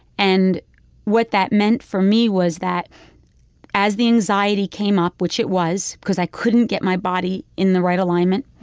and what that meant for me was that as the anxiety came up, which it was, because i couldn't get my body in the right alignment,